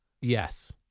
Yes